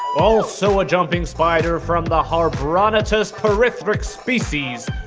also a jumping spider from the habronattus pyrrithrix species,